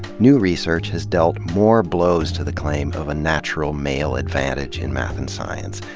new research has dealt more blows to the claim of a natural male advantage in math and science,